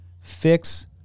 fix